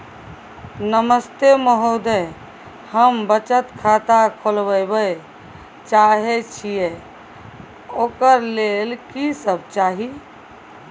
नमस्ते महोदय, हम बचत खाता खोलवाबै चाहे छिये, ओकर लेल की सब चाही?